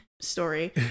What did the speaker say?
story